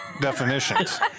definitions